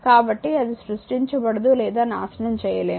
కాబట్టి అది సృష్టించబడదు లేదా నాశనం చేయలేము